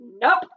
Nope